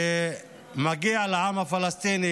ומגיע לעם הפלסטיני